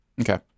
Okay